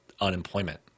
unemployment